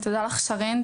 ותודה לך שרן,